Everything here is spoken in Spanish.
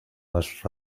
más